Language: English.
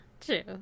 True